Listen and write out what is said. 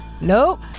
Nope